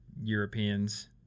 Europeans